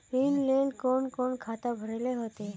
ऋण लेल कोन कोन खाता भरेले होते?